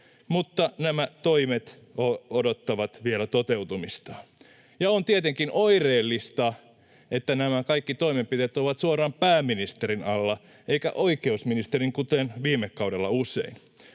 mutta nämä toimet odottavat vielä toteutumistaan. Ja on tietenkin oireellista, että kaikki nämä toimenpiteet ovat suoraan pääministerin alla, ei oikeusministerin, kuten viime kaudella usein.